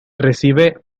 recibe